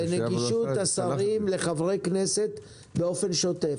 לנגישות השרים לחברי כנסת באופן שוטף.